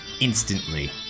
instantly